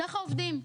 ככה עובדים.